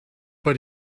but